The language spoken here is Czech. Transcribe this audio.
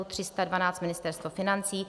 312 Ministerstvo financí